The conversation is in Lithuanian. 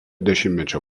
dešimtmečio